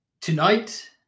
Tonight